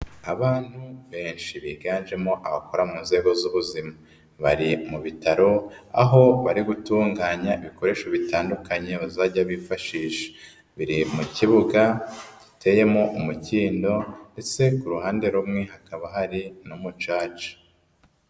Abantu benshi biganjemo abakora mu nzego z'ubuzima, bari mu bitaro aho bari gutunganya ibikoresho bitandukanye bazajya bifashisha, biri mu kibuga giteyemo umukindo ndetse ku ruhande rumwe hakaba hari n'umucaca.